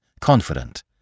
confident